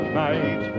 night